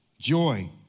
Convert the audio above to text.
joy